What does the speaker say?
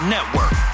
Network